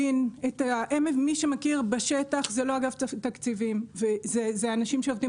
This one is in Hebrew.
מי שמכיר בשטח זה לא אגף התקציבים וזה אנשים שעובדים